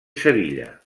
sevilla